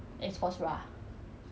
my body lah